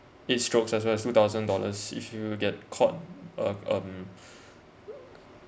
eight strokes as well as two thousand dollars if you get caught um um